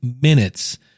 minutes